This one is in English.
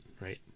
right